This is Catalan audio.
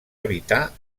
evitar